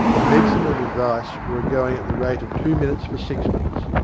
and medicine and advice were going at the rate of two minutes for sixpence.